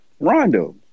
Rondo